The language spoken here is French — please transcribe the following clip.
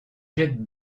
jette